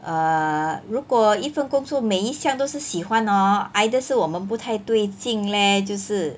err 如果一份工作每一项都是喜欢 hor either 是我们不太对劲 leh 就是